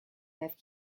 have